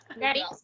Ready